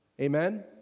Amen